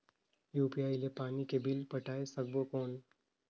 UPI ले पानी के बिल पटाय सकबो कौन?